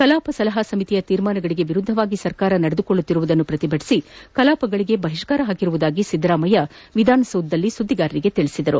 ಕಲಾಪ ಸಲಹಾ ಸಮಿತಿಯ ತೀರ್ಮಾನಗಳಿಗೆ ವಿರುದ್ಧವಾಗಿ ಸರ್ಕಾರ ನಡೆದುಕೊಳ್ಳುತ್ತಿರುವುದನ್ನು ಪ್ರತಿಭಟಿಸಿ ಕಲಾಪಕ್ಕೆ ಬಹಿಷ್ಠಾರ ಹಾಕಿರುವುದಾಗಿ ಸಿದ್ದರಾಮಯ್ಯ ವಿಧಾನಸೌಧದಲ್ಲಿ ಸುದ್ವಿಗಾರರಿಗೆ ತಿಳಿಸಿದರು